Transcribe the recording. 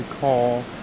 call